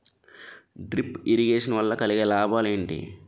Drip irrigation వల్ల కలిగే లాభాలు ఏంటి?